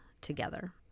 together